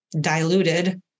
diluted